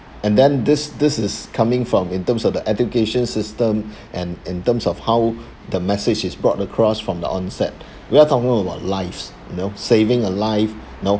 and then this this is coming from in terms of the education system and in terms of how the message is brought across from the onset we are talking about lives you know saving a life you know